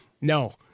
no